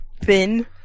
Thin